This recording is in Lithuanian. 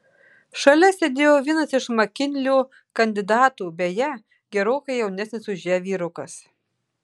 šalia sėdėjo vienas iš makinlio kandidatų beje gerokai jaunesnis už ją vyrukas